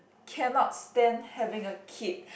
cannot stand having a kid